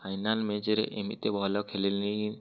final match ରେ ଏମିତି ଭଲ ଖେଳିଲି